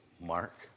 Mark